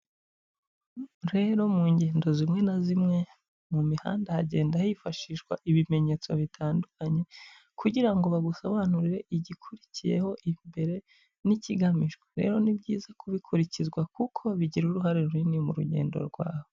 Rero mu ngendo zimwe na zimwe, mu mihanda hagenda hifashishwa ibimenyetso bitandukanye, kugira ngo bagusobanurire igikurikiyeho imbere n'ikigamijwe, rero ni byiza ko bikurikizwa, kuko bigira uruhare runini mu rugendo rwawe.